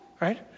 right